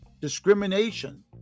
discrimination